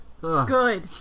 Good